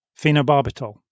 phenobarbital